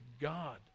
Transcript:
God